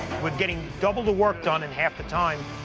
we're getting double the work done in half the time.